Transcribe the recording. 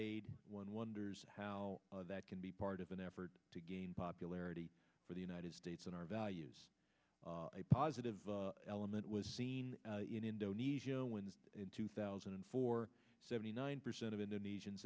aid one wonders how that can be part of an effort to gain popularity for the united states and our values a positive element was seen in indonesia when in two thousand and four seventy nine percent of indonesian